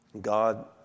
God